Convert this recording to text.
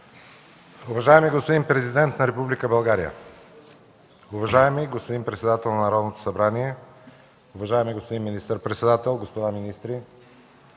Уважаеми господин президент на Република България, уважаеми господин председател на Народното събрание, уважаеми господин министър-председател, господа министри,